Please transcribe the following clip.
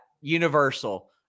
universal